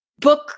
book